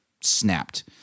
snapped